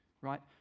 right